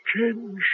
change